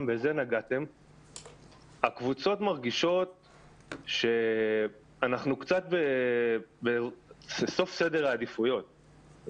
הקבוצות מרגישות שאנחנו קצת בסוף סדר העדיפויות,